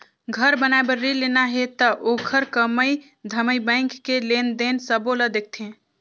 घर बनाए बर रिन लेना हे त ओखर कमई धमई बैंक के लेन देन सबो ल देखथें